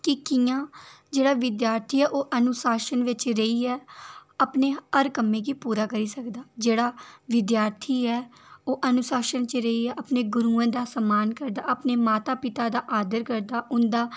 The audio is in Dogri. ते कि'यां जेह्ड़ा विद्यार्थी ऐ ओह् अनुशासन बिच रेहियै अपने हर कम्मै गी पूरा करी सकदा ऐ जेह्ड़ा विद्यार्थी ऐ ओह् अनुशासन च रेहियै अपने गुरूएं दा सम्मान करदा अपने माता पिता दा आदर करदा उं'दा